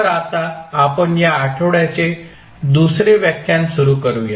तर आता आपण या आठवड्याचे दुसरे व्याख्यान सुरू करूया